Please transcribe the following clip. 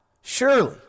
surely